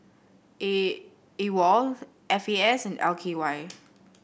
A AWOL F A S and L K Y